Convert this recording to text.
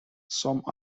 some